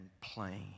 plain